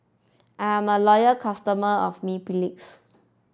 I'm a loyal customer of Mepilex